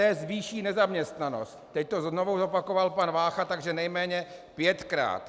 EET zvýší nezaměstnanost teď to znovu zopakoval pan Vácha, takže nejméně pětkrát.